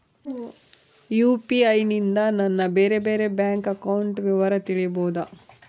UPI ನಿಂದ ನನ್ನ ಬೇರೆ ಬೇರೆ ಬ್ಯಾಂಕ್ ಅಕೌಂಟ್ ವಿವರ ತಿಳೇಬೋದ?